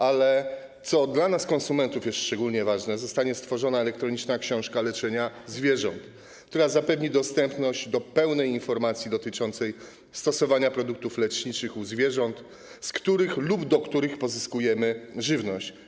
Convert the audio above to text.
Ale co dla nas, konsumentów, jest szczególnie ważne, to jest to, że zostanie stworzona elektroniczna książka leczenia zwierząt, która zapewni dostępność do pełnej informacji dotyczącej stosowania produktów leczniczych u zwierząt, z których lub od których pozyskujemy żywność.